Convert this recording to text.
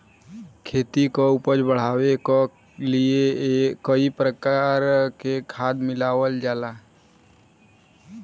खेती क उपज बढ़ावे क लिए कई तरह क खाद मिलावल जाला